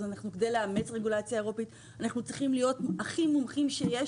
וכדי לאמץ רגולציה אירופאית אנחנו צריכים להיות הכי מומחים שיש,